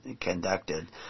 conducted